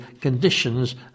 conditions